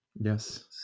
yes